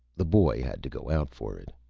the boy had to go out for it.